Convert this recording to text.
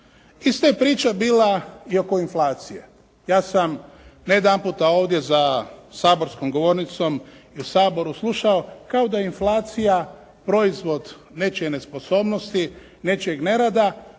Ista je priča bila i oko inflacije. Ja sam ne jedanputa ovdje za saborskom govornicom i u Saboru slušao kao da je inflacija proizvod nečije nesposobnosti, nečijeg nerada.